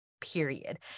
period